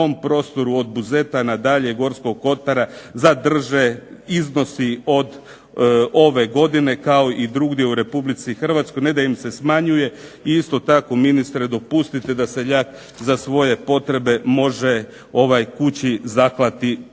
na tom prostoru od Buzeta nadalje, Gorskog kotara zadrže iznosi od ove godine kao i drugdje u Republici Hrvatskoj, ne da im se smanjuje i isto tako ministre dopustite da seljak za svoje potrebe može kući zaklati